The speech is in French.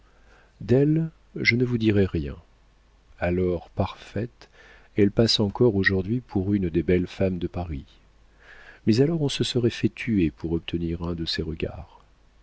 je ne vous dirai rien alors parfaite elle passe encore aujourd'hui pour une des belles femmes de paris mais alors on se serait fait tuer pour obtenir un de ses regards